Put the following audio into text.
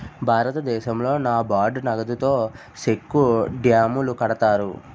భారతదేశంలో నాబార్డు నగదుతో సెక్కు డ్యాములు కడతారు